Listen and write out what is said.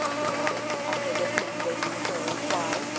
he added, after listening vainly for a reply.